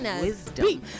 wisdom